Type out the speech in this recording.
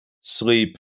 Sleep